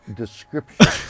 description